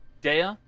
Dea